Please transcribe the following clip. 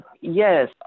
yes